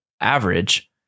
average